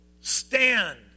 stand